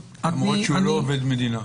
למרות שהוא לא עובד מדינה...